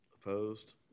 Opposed